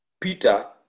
Peter